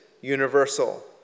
universal